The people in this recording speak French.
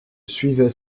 suivais